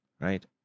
right